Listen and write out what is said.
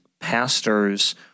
pastors